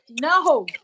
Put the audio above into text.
No